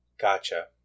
Gotcha